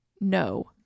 No